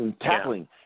Tackling